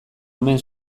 omen